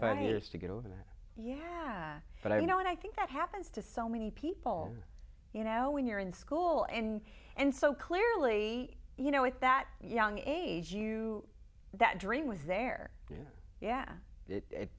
five years to get over that yeah but i you know i think that happens to so many people you know when you're in school and and so clearly you know with that young age you that dream was there you know yeah it